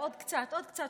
עוד קצת, עוד קצת.